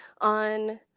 on